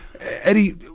Eddie